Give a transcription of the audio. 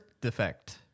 defect